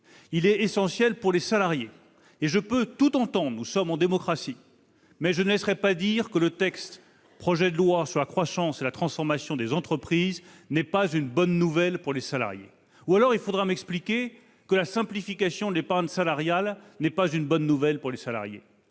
d'abord essentiel pour les salariés. Je peux tout entendre, car nous sommes en démocratie, mais je ne laisserai pas dire que le projet de loi sur la croissance et la transformation des entreprises n'est pas une bonne nouvelle pour les salariés ! Ou alors, il faudra m'expliquer que la simplification de l'épargne salariale n'est pas une bonne nouvelle pour les salariés